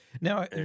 Now